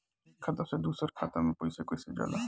एक खाता से दूसर खाता मे पैसा कईसे जाला?